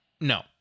no